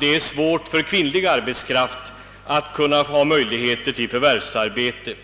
det svårt för kvinnlig arbetskraft att erhålla förvärvsarbete.